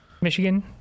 Michigan